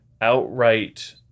outright